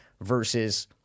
versus